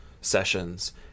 sessions